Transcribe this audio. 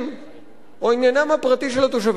או עניינם הפרטי של התושבים ושל הארגון,